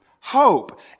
hope